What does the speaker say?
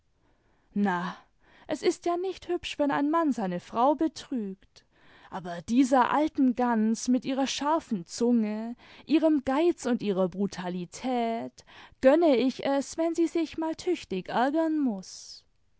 na es ist ja nicht hübsch wenn ein mann seine frau betrügt aber dieser alten gans mit ihrer scharfen zunge ihrem geiz und ihrer brutalität gönne ich es wenn sie sich mal tüchtig ärgern muß